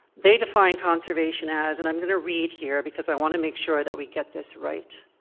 they define conservation as, and i'm going to read here because i want to make sure that we get this right,